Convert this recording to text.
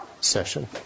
session